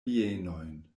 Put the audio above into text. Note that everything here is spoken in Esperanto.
bienojn